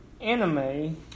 anime